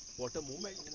what a moment!